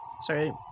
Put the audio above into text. Sorry